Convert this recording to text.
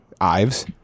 Ives